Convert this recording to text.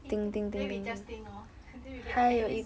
then we just 叮 lor then we get at least